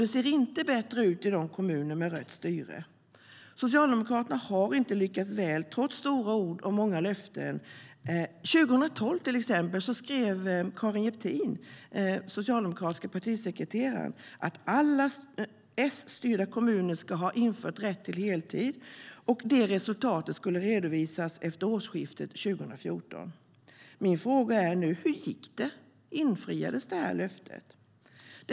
Det ser inte bättre ut i kommuner med rött styre. Socialdemokraterna har inte lyckats väl trots stora ord och många löften. Resultatet skulle redovisas efter årsskiftet 2013/2014. Min fråga är nu: Hur gick det? Infriades löftet?